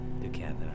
together